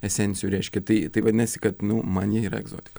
esencijų reiškia tai tai vadinasi kad nu man jie yra egzotika